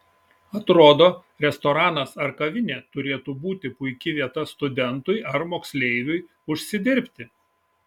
atrodo restoranas ar kavinė turėtų būti puiki vieta studentui ar moksleiviui užsidirbti